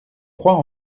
froid